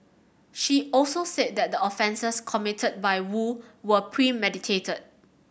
she also said that the offences committed by Woo were premeditated